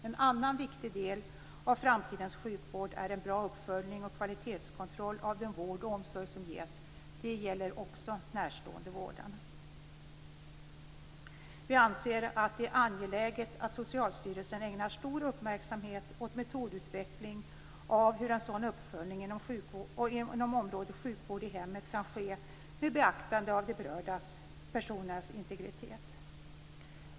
En annan viktig del av framtidens sjukvård är en god uppföljning och kvalitetskontroll av den vård och omsorg som ges. Det gäller också närståendevården. Vi anser att det är angeläget att Socialstyrelsen ägnar stor uppmärksamhet åt metodutveckling när det gäller hur en sådan uppföljning inom området sjukvård i hemmet kan ske med beaktande av de berörda personernas integritet.